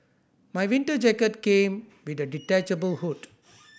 my winter jacket came with a detachable hood